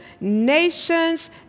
nations